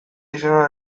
izena